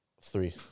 Three